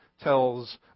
tells